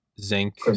zinc